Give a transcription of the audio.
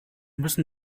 müssen